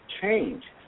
change